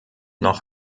noch